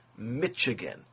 michigan